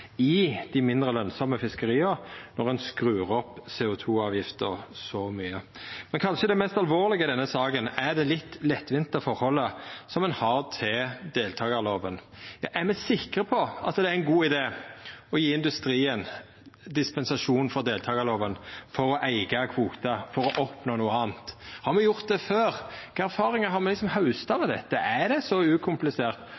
i dei mindre lønsame fiskeria når ein skrur opp CO 2 -avgifta så mykje. Men kanskje det mest alvorlege i denne saka er det litt lettvinte forholdet som ein har til deltakarloven. Er me sikre på at det er ein god idé å gje industrien dispensasjon frå deltakarloven, for å eiga kvotar, for å oppnå noko anna? Har me gjort det før? Kva erfaringar har me hausta